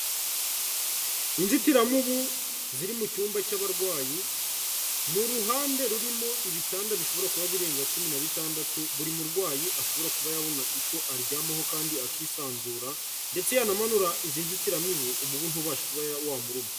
Inzitiramubu ziri mu cyumba cy'abarwayi, n'uruhande rurimo ibitanda bishobora kuba birenga cumi na bitandatu buri murwayi ashobora kuba yabona icyo aryamaho kandi akisanzura, ndetse yanamanura izi nzitiramibu umubu ntubasha kuba wa muruma.